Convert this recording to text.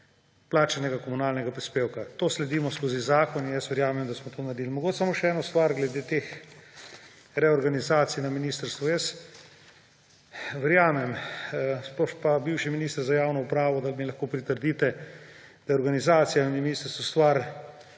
plačanega komunalnega prispevka. To sledimo skozi zakon in jaz verjamem, da smo to naredili. Mogoče samo še eno stvar glede teh reorganizacij na ministrstvu. Jaz verjamem, sploh pa mi vi kot bivši minister za javno upravo lahko pritrdite, da je organizacija na ministrstvu stvar